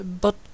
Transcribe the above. But